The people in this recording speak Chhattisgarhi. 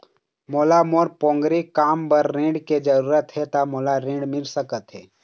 मोला मोर पोगरी काम बर ऋण के जरूरत हे ता मोला ऋण मिल सकत हे?